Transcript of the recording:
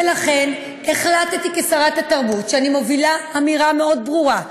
ולכן החלטתי כשרת התרבות שאני מובילה אמירה מאוד ברורה,